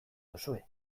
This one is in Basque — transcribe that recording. duzue